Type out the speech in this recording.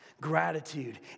gratitude